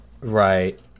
Right